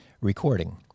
recording